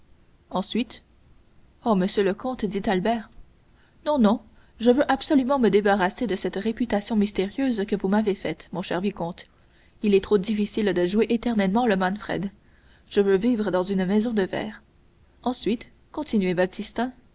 ensuite oh monsieur le comte dit albert non non je veux absolument me débarrasser de cette réputation mystérieuse que vous m'avez faite mon cher vicomte il est trop difficile de jouer éternellement le manfred je veux vivre dans une maison de verre ensuite continuez baptistin